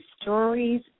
stories